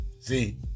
See